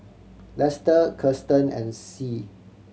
Lester Kirsten and Sie